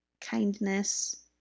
kindness